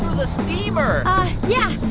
the steamer yeah,